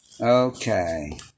Okay